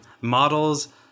models